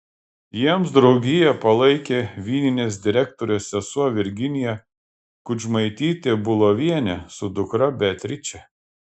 jiems draugiją palaikė vyninės direktorės sesuo virginija kudžmaitytė bulovienė su dukra beatriče